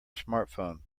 smartphone